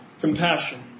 compassion